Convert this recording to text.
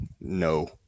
No